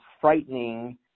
frightening